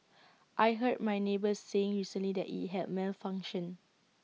I heard my neighbour saying recently that IT had malfunctioned